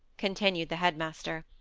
continued the head-master.